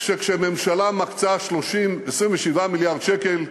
שכשממשלה מקצה 27 מיליארד שקל,